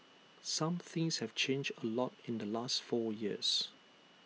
some things have changed A lot in the last four years